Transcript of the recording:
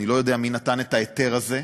אני לא יודע מי נתן את ההיתר הזה,